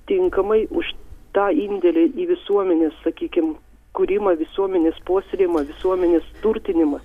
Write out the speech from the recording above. tinkamai už tą indėlį į visuomenės sakykim kūrimą visuomenės puoselėjimą visuomenės turtinimą